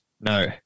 No